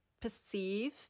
perceive